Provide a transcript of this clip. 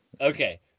Okay